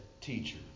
teacher